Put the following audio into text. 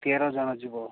ତେରଜଣ ଯିବ